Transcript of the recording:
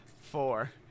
four